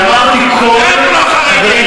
אמרתי, כל, רק